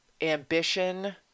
ambition